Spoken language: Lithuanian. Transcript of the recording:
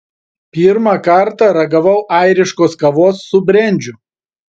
pirmą kartą ragavau airiškos kavos su brendžiu